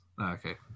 Okay